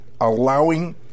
allowing